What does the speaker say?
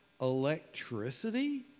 electricity